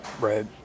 Right